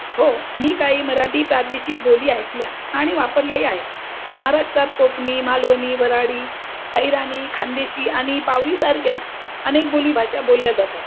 हो मी काही मराठी प्रादेशिक बोली ऐकल्या आणि वापरल्याही आहेत महाराष्ट्रात कोकणी मालवणी वऱ्हाडी अहिराणी खानदेशी आणि पावरीसारख्या अनेक बोली भाषा बोलल्या जातात